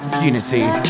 Unity